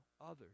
others